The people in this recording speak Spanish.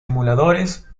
emuladores